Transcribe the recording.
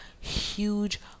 huge